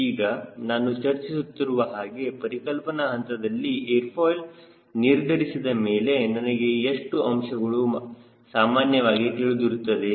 ಈಗ ನಾನು ಚರ್ಚಿಸುತ್ತಿರುವ ಹಾಗೆಪರಿಕಲ್ಪನಾ ಹಂತದಲ್ಲಿ ಏರ್ ಫಾಯ್ಲ್ ನಿರ್ಧರಿಸಿದ ಮೇಲೆ ನಮಗೆ ಎಷ್ಟು ಅಂಶಗಳು ಸಾಮಾನ್ಯವಾಗಿ ತಿಳಿದಿರುತ್ತದೆ